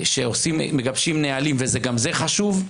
שמגבשים נהלים, וגם זה חשוב,